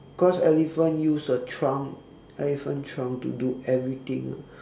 cause elephant use the trunk elephant trunk to do everything ah